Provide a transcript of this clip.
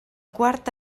quart